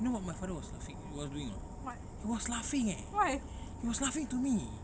you know what my father was laughing eh was doing or not he was laughing eh he was laughing to me